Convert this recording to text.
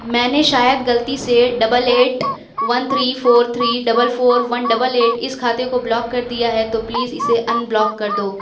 میں نے شاید غلطی سے double eight one three four three double four one double eight اس کھاتے کو بلاک کر دیا ہے تو پلیز اسے ان بلاک کر دو